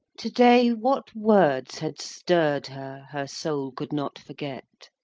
to-day, what words had stirr'd her, her soul could not forget?